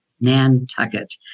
Nantucket